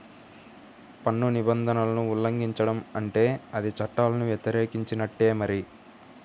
పన్ను నిబంధనలను ఉల్లంఘించడం అంటే అది చట్టాలను వ్యతిరేకించినట్టే మరి